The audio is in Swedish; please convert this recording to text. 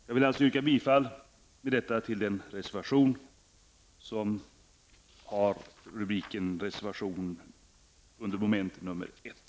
Med detta yrkar jag bifall till reservationen under mom. 1.